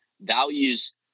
values